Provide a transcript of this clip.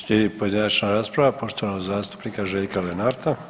Slijedi pojedinačna rasprava poštovanog zastupnika Željka Lenarta.